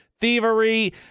Thievery